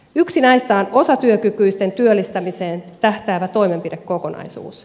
yksi näistä on osatyökykyisten työllistämiseen tähtäävä toimenpidekokonaisuus